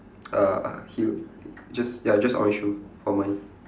uh heel just ya just orange shoe for mine